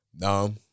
no